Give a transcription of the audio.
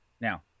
Now